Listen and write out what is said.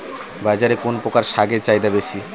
বাজারে কোন প্রকার শাকের চাহিদা বেশী?